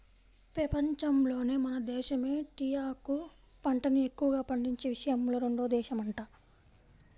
పెపంచంలోనే మన దేశమే టీయాకు పంటని ఎక్కువగా పండించే విషయంలో రెండో దేశమంట